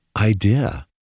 idea